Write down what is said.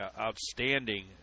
outstanding